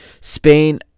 Spain